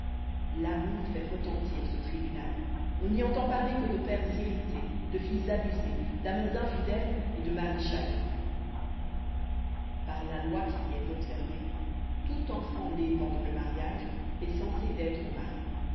l'amour fait retentir ce tribunal on n'y entend parler que de pères irrités de filles abusées d'amants infidèles et de maris chagrins par la loi qui y est observée tout enfant né pendant le mariage est censé d'être au mari